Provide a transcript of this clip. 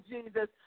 Jesus